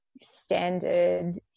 standard